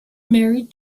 married